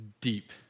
deep